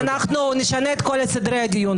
ואנחנו נשנה את כל סדרי הדיון פה.